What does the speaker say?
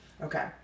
Okay